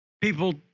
people